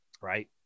Right